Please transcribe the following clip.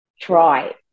try